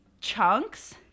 chunks